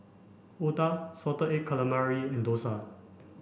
Otah salted egg calamari and Dosa